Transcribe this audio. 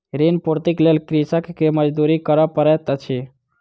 ऋण पूर्तीक लेल कृषक के मजदूरी करअ पड़ैत अछि